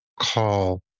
call